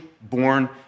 born